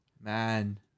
Man